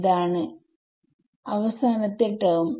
ഇതാണ് അവസാനത്തെ ടെർമ്